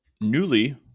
newly